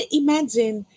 imagine